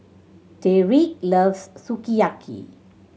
Tyreek loves Sukiyaki